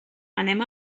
anem